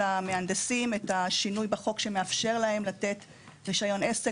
למהנדסים את השינוי בחוק שמאפשר להם לתת רישיון עסק